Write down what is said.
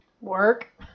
work